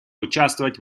участвовать